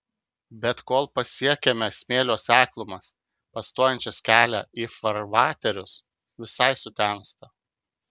bet kol pasiekiame smėlio seklumas pastojančias kelią į farvaterius visai sutemsta